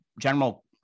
general